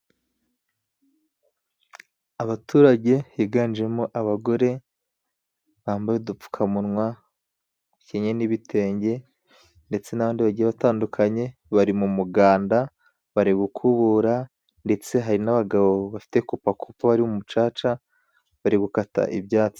Abaturage higanjemo abagore bambaye udupfukamunwa bakenyeye n'ibitenge ndetse n'abandi bagiye batandukanye bari mu muganda, bari gukubura, ndetse hari n'abagabo bafite kupakupa baari mu mucaca bari gukata ibyatsi .